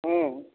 हम्म